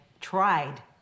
tried